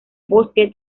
bosque